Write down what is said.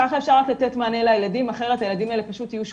ככה אפשר רק לתת מענה לילדים אחרת הילדים האלה פשוט יהיו שקופים.